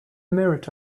merit